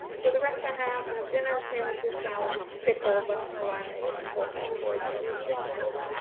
so the rest i have. i have dinners, sandwiches, salads, pickles. i don't know why i made it full category. but i do love pickles.